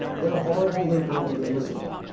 they're horrible, they're brutal, they're miserable.